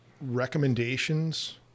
recommendations